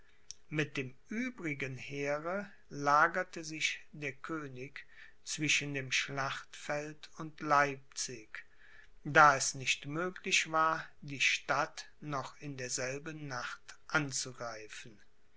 mit dem übrigen heere lagerte sich der könig zwischen dem schlachtfeld und leipzig da es nicht möglich war die stadt noch in derselben nacht anzugreifen